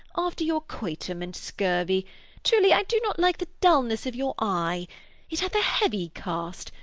after your coitum, and scurvy truly, i do not like the dulness of your eye it hath a heavy cast,